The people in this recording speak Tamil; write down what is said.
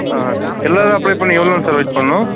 ஆ எல்எல்ஆர் அப்ளை பண்ணி எவ்வளோ நாள் சார் வெயிட் பண்ணணும்